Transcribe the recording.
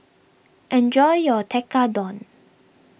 enjoy your Tekkadon